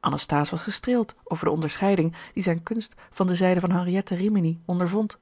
anasthase was gestreeld over de onderscheiding die zijne kunst van de zijde van henriette rimini ondervond